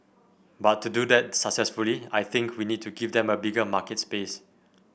but to do that successfully I think we need to give them a bigger market space